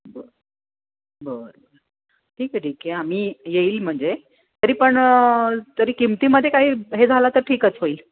बर बर बर ठीक आहे ठीक आहे आम्ही येईल म्हणजे तरी पण तरी किमतीमध्ये काही हे झालं तर ठीकच होईल